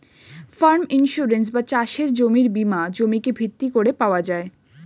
farm insurance বা চাষের জমির বীমা জমিকে ভিত্তি করে পাওয়া যায়